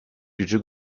gücü